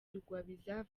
rugwabiza